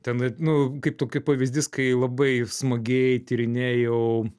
ten nu kaip tu kaip pavyzdys kai labai smagiai tyrinėjau